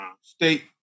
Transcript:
state